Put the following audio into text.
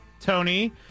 Tony